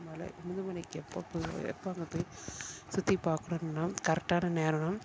மலை முதுமலைக்கு எப்போ போகிறது எப்போ அங்கே போய் சுற்றிப் பார்க்கணுன்னா கரெக்டான நேரம்னால்